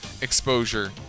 exposure